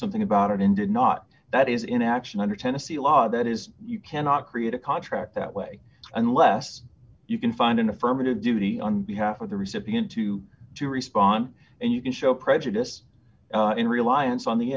something about it and did not that is in action under tennessee law that is you cannot create a contract that way unless you can find an affirmative duty on behalf of the recipient to to respond and you can show prejudice in reliance on the